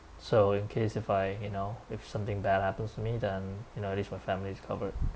so in case if I you know if something bad happens to me then you know at least my family is covered